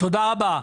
תודה רבה.